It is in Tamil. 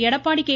எடப்பாடி கே